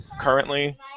currently